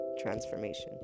transformation